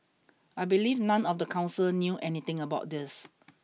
I believe none of the council knew anything about this